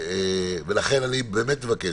ולכן אני באמת מבקש: